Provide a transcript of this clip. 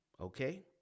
Okay